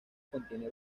contiene